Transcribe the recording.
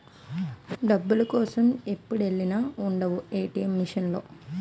డబ్బుల కోసం ఎప్పుడెల్లినా ఉండవు ఏ.టి.ఎం మిసన్ లో